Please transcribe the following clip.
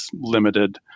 limited